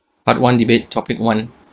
part one debate topic one